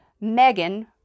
Megan